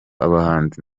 abahanzi